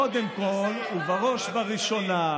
קודם כול ובראש ובראשונה,